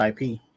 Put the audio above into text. IP